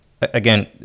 Again